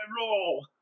roll